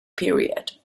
period